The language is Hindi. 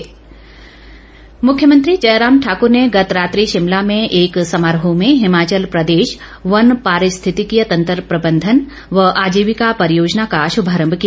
मुख्यमंत्री मुख्यमंत्री जयराम ठाकुर ने गत रात्रि शिमला में एक समारोह में हिमाचल प्रदेश वन पारिस्थितिकीय तंत्र प्रबंधन व आजीविका परियोजना का श्भारम्भ किया